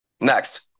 Next